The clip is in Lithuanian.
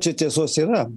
čia tiesos yra